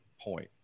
point